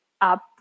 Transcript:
up